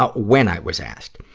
ah when i was asked,